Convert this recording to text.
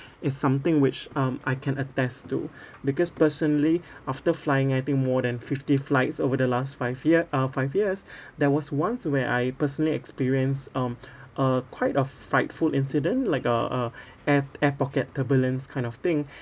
is something which um I can attest to because personally after flying I think more than fifty flights over the last five year uh five years there was once where I personally experienced um a quite a frightful incident like a a air air pocket turbulence kind of thing